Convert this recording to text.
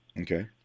Okay